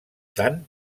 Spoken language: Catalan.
tant